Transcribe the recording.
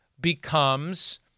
becomes